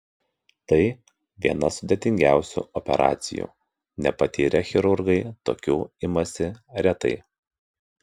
tai viena sudėtingiausių operacijų nepatyrę chirurgai tokių imasi retai